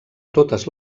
totes